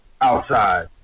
outside